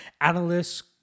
analysts